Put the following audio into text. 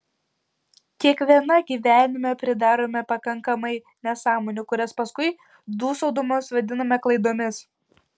kiekviena gyvenime pridarome pakankamai nesąmonių kurias paskui dūsaudamos vadiname klaidomis